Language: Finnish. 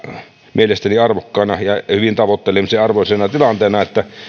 mielestäni arvokkaana ja hyvin tavoittelemisen arvoisena tilanteena että